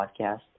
podcast